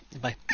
bye